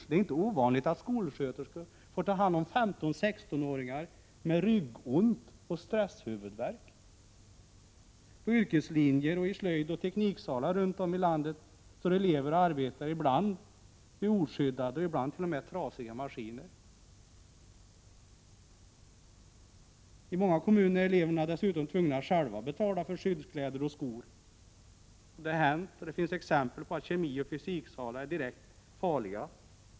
Det är inte ovanligt att skolsköterskor får ta hand om 15 och 16-åringar med ryggont och stresshuvudvärk. Under lektioner på yrkeslinjer och i slöjdoch tekniksalar runt om i landet står elever och arbetar vid ibland oskyddade och ibland t.o.m. trasiga maskiner. I många kommuner är eleverna dessutom tvungna att själva betala för skyddskläder och skor. Det finns exempel på att kemioch fysiksalar är direkt farliga.